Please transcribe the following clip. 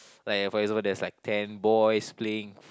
like for example there's like ten boys playing